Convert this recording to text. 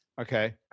Okay